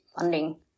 funding